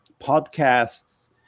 podcasts